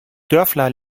dörfler